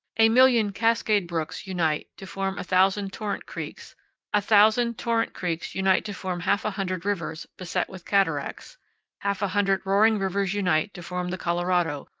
a million cascade brooks unite to form a thousand torrent creeks a thousand torrent creeks unite to form half a hundred rivers beset with cataracts half a hundred roaring rivers unite to form the colorado,